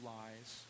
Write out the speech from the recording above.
lies